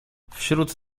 wśród